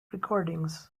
recordings